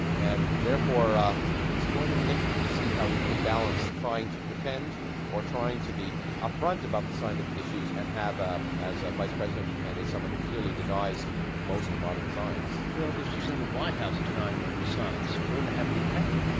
and therefore it's going to be interesting to see how he can balance trying to pretend or trying to be upfront about the scientific issues and have ah as ah vice-presidential candidate someone who clearly denies most of modern science. well, if she's in the white house denying modern science, won't that have an impact?